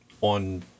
on